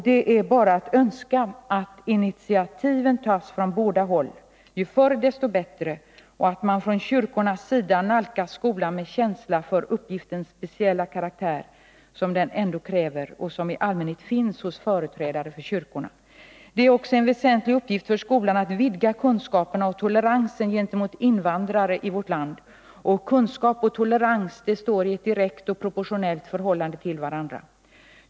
Det är bara att önska att initiativen tas från båda håll, ju förr desto bättre, och att man från kyrkornas sida nalkas skolan med känsla för uppgiftens speciella karaktär — något som i allmänhet finns hos företrädare för kyrkorna. Det är också en väsentlig uppgift för skolan att vidga kunskaperna och toleransen gentemot invandrare i vårt land. Kunskap och tolerans står i ett direkt och proportionellt förhållande till varandra.